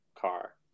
car